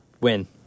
Win